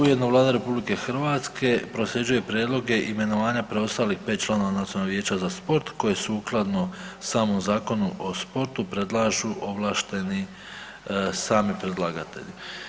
Ujedno Vlada RH prosljeđuje prijedloge imenovanja preostalih 5 članova Nacionalnog vijeća za sport koje sukladno samom Zakonu o sportu predlažu ovlašteni sami predlagatelji.